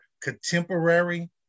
contemporary